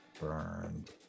Burned